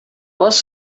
bus